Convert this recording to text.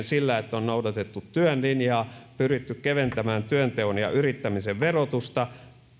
sillä että on noudatettu työn linjaa pyritty keventämään työnteon ja yrittämisen verotusta